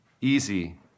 easy